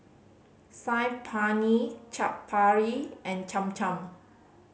Saag Paneer Chaat Papri and Cham Cham